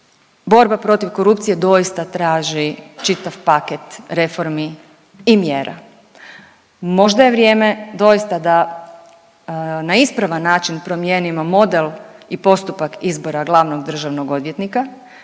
borba protiv korupcije doista traži čitav paket reformi i mjera, možda je vrijeme doista da na ispravan način promijenimo model i postupak izbora glavnog državnog odvjetnika,